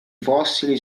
fossili